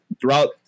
throughout